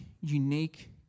unique